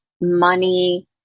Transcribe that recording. money